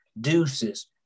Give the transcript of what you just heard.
deuces